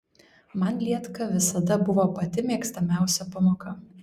man lietka visada buvo pati mėgstamiausia pamoka